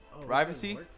privacy